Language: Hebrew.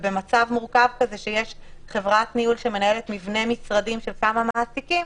ובמצב מורכב כזה שיש חברת ניהול שמנהלת מבנה משרדים של כמה מעסיקים,